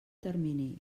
termini